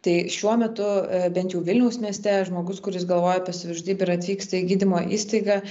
tai šiuo metu bent jau vilniaus mieste žmogus kuris galvoja apie savižudybę ir atvyksta į gydymo įstaigą